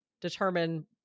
determine